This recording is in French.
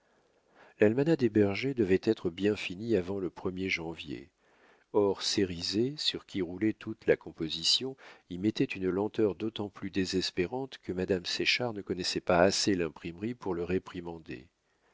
l'almanach des bergers devait être bien fini avant le premier janvier or cérizet sur qui roulait toute la composition y mettait une lenteur d'autant plus désespérante que madame séchard ne connaissait pas assez l'imprimerie pour le réprimander